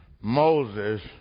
Moses